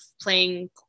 playing